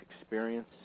experience